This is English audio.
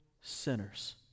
sinners